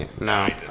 No